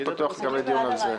אני פתוח לקיים דיון על זה.